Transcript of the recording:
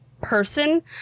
person